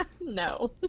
No